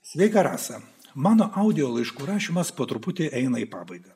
sveika rasa mano audio laiškų rašymas po truputį eina į pabaigą